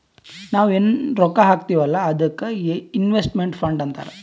ನಾವ್ ಎನ್ ರೊಕ್ಕಾ ಹಾಕ್ತೀವ್ ಅಲ್ಲಾ ಅದ್ದುಕ್ ಇನ್ವೆಸ್ಟ್ಮೆಂಟ್ ಫಂಡ್ ಅಂತಾರ್